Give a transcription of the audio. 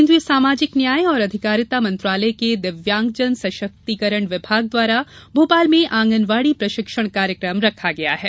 केन्द्रीय सामाजिक न्याय और अधिकारिता मंत्रालय के दिव्यांगजन सशक्तिकरण विभाग द्वारा भोपाल में आंगनवाड़ी प्रशिक्षण कार्यक्रम रखा गया है